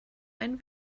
ein